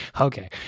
okay